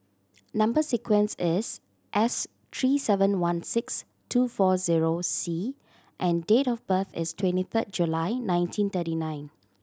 number sequence is S three seven one six two four zero C and date of birth is twenty third July nineteen thirty nine